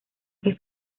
que